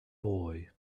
boy